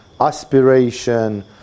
aspiration